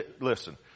listen